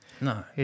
No